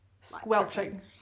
Squelching